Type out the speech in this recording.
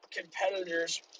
competitors